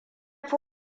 fi